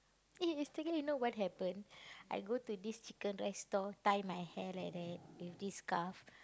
eh yesterday you know what happen I go to this chicken-rice stall tie my hair like that with this skarf